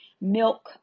milk